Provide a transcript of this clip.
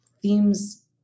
themes